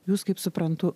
jūs kaip suprantu